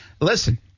Listen